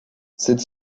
cette